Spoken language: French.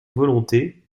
volonté